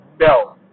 No